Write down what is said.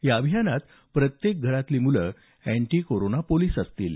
या अभियानात प्रत्येक घरातली मुलं अँटीकोरोना पोलिस असतील